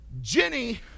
jenny